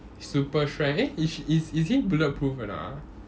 super strength eh is is is he bulletproof or not ah